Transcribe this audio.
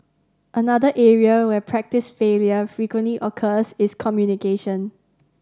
another area where practice failure frequently occurs is communication